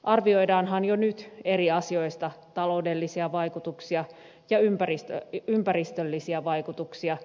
arvioidaanhan jo nyt eri asioiden taloudellisia vaikutuksia ja ympäristöllisiä vaikutuksia